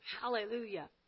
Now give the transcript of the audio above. Hallelujah